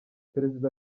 perezida